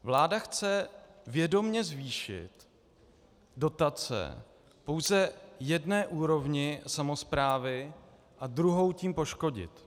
Vláda chce vědomě zvýšit dotace pouze jedné úrovni samosprávy a druhou tím poškodit.